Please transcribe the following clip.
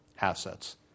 assets